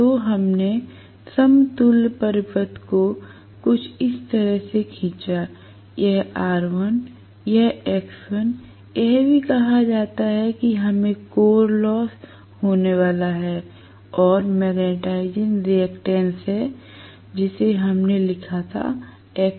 तो हमने समतुल्य परिपथ को कुछ इस तरह से खींचा यह R1 यह X1 यह भी कहा जाता है कि हमें कोर लॉस होने वाला है और मैग्नेटाइजिंग रिएक्टेंस हैं जिसे हमने लिखा था Xm और Rc